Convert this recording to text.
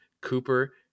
Cooper